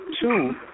Two